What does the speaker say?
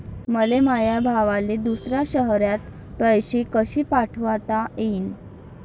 मले माया भावाले दुसऱ्या शयरात पैसे कसे पाठवता येईन?